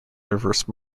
reverse